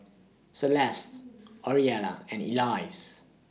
Celeste Orelia and Elyse